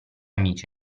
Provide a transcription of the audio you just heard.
amici